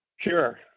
Sure